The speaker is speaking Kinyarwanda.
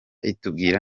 itubwira